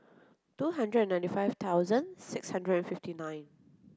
two hundred ninety five thousand six hundred fifty nine